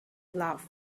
loved